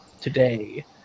today